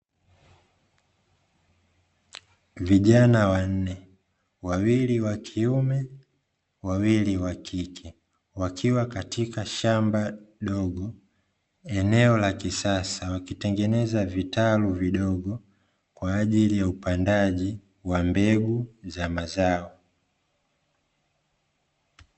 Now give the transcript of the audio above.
Vijana wanne ,wawili wakiume wawili wakike, wakiwa katika shamba dogo, eneo la kisasa wakitengeneza kitalu kidogo kwaajili ya upandaji wa mbegu za mazao.